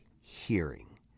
hearing